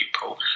people